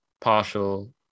partial